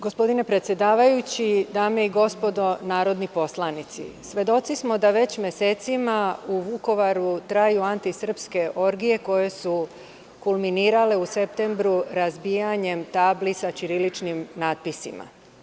Gospodine predsedavajući, dame i gospodo narodni poslanici, svedoci smo da već mesecima u Vukovaru traju anti-srpske orgije koje su kulminirale u septembru razbijanjem tabli sa ćiriličnim natpisima.